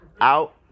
out